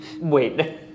Wait